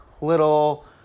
little